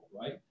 right